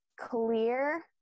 clear